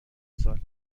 سال